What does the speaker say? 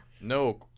No